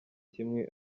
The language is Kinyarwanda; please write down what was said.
kimwe